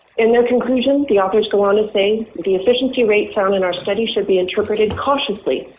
in their conclusion, the authors go on to say the efficiency rate found in our study should be interpreted cautiously.